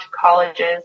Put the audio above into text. colleges